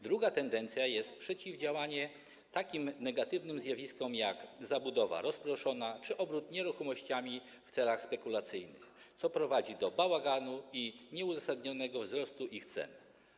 Druga tendencja to przeciwdziałanie występowaniu takich negatywnych zjawisk jak zabudowa rozproszona czy obrót nieruchomościami w celach spekulacyjnych, co prowadzi do bałaganu i nieuzasadnionego wzrostu ich cen.